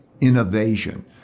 innovation